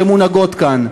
שמונהגות כאן.